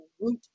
root